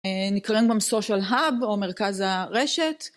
נקראים להם סושיאל-האב או מרכז הרשת.